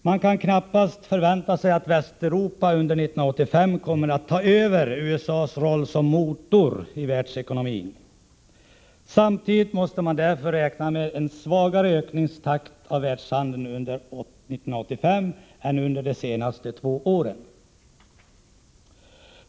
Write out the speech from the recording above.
Man kan knappast förvänta sig att Västeuropa under 1985 kommer att ta över USA:s roll som motor i världsekonomin. Sammantaget måste man därför räkna med en svagare ökningstakt för världshandeln under 1985 än under de senaste två åren.